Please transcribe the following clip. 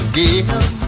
give